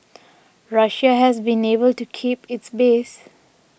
Russia has been able to keep its base